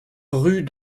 rue